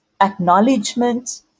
acknowledgement